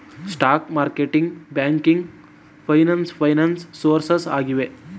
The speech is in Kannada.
stock marketing, banking finance finance sources ಆಗಿವೆ